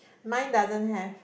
mine doesn't have